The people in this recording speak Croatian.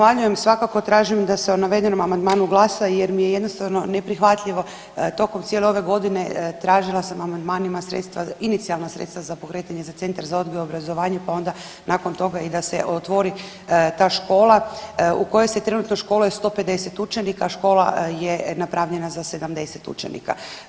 Zahvaljujem svakako tražim da se o navedenom amandmanu glasa, jer mi je jednostavno neprihvatljivo tokom cijele ove godine tražila sam amandmanima sredstva, inicijalna sredstva za pokretanje za Centar za odgoj i obrazovanje, pa onda nakon toga i da se otvori ta škola u kojoj se trenutno školuje 150 učenika, škola je napravljena za 70 učenika.